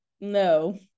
no